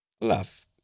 love